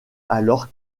alors